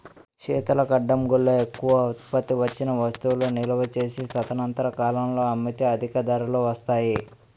శీతల గడ్డంగుల్లో ఎక్కువ ఉత్పత్తి వచ్చిన వస్తువులు నిలువ చేసి తదనంతర కాలంలో అమ్మితే అధిక ధరలు వస్తాయి